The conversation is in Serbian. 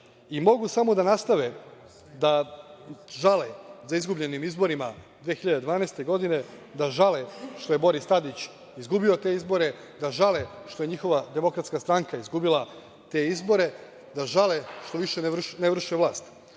broju. Mogu samo da nastave da žale za izgubljenim izborima 2012. godine, da žale što je Boris Tadić izgubio te izbore, da žale što je njihova DS izgubila izbore, da žale što više ne vrše vlast,